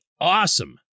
awesome